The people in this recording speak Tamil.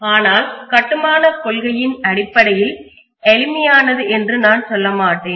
ஆனால் கட்டுமானக் கொள்கையின் அடிப்படையில் எளிமையானது என்று நான் சொல்ல மாட்டேன்